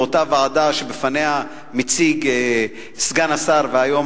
באותה ועדה שבפניה מציג סגן השר והיום